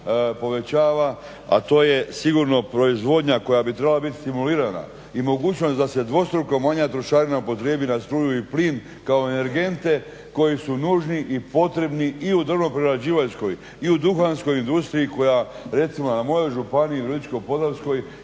povećava, a to je sigurno proizvodnja koja bi trebala biti stimulirana i mogućnost da se dvostruko manja trošarina upotrijebi na struju i plin kao energente koji su nužni i potrebni i u drvno-prerađivačkoj i u duhanskoj industriji koja recimo u mojoj županiji Ličko-podravskoj